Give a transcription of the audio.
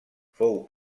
fou